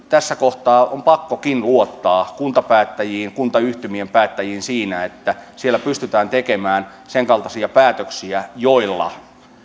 tässä kohtaa on pakkokin luottaa kuntapäättäjiin kuntayhtymien päättäjiin siinä että siellä pystytään tekemään sen kaltaisia päätöksiä joilla